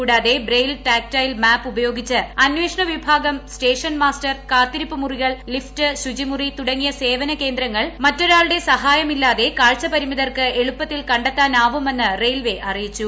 കൂടാതെ braille tactile map ഉപയോഗിച്ച് അന്വേഷണ വിഭാഗം സ്റ്റേഷൻ മാസ്റ്റർ കാത്തിരിപ്പ് മുറികൾ ലിഫ്റ്റ് ശുചി മുറി തുടങ്ങിയ സേവന കേന്ദ്രങ്ങൾ മറ്റൊരാളുടെ സഹായമില്ലാതെ കാഴ്ച പരിമിതർക്ക് എളുപ്പത്തിൽ കണ്ടെത്താനാവുമെന്ന് റെയിൽവേ അറിയിച്ചു